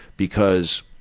because